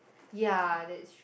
ya that's